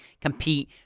compete